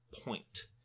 point